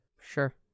Sure